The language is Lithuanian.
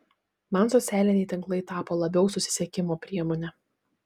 man socialiniai tinklai tapo labiau susisiekimo priemone